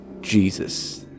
Jesus